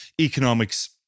economics